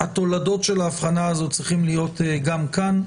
התולדות של ההבחנה הזאת צריכים להיות גם כאן.